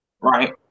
right